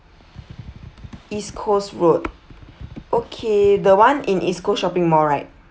east coast road okay the one in east coast shopping mall right